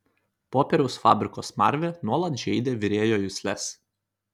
popieriaus fabriko smarvė nuolat žeidė virėjo jusles